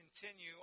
continue